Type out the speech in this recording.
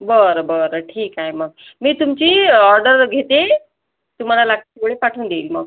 बरं बरं ठीक आहे मग मी तुमची ऑर्डर घेते तुम्हाला लागतं तेवढे पाठवून देईल मग